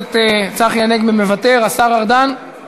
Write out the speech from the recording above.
הכנסת באסל גטאס, גם איננו, חבר הכנסת סעדי,